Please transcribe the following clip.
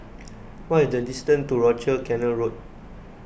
what is the distance to Rochor Canal Road